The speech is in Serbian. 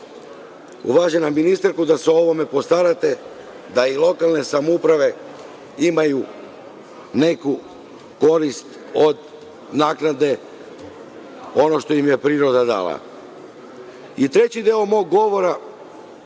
uvažena ministarko, da se o ovome postarate, da i lokalne samouprave imaju neku korist od naknade, ono što im je priroda dala. Treći deo mog govora